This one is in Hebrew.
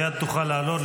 מייד תוכל לעלות,